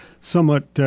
somewhat